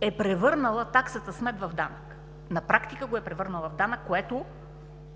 е превърнала таксата смет в данък. На практика го е превърнала в данък, което